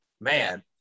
man